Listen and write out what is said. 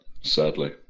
sadly